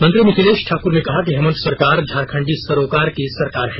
मंत्री मिथिलेश ठाकुर ने कहा कि हेमंत सरकार झारखंडी सरोकार की सरकार है